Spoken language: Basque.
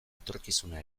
etorkizuna